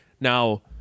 Now